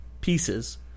pieces